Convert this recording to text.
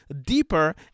deeper